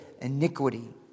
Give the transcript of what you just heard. iniquity